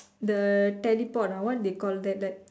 the teleport ah what they call that like